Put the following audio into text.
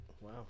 wow